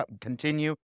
continue